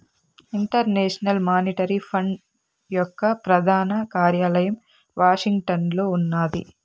international monetary fund యొక్క ప్రధాన కార్యాలయం వాషింగ్టన్లో ఉన్నాది